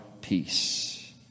peace